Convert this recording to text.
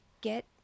get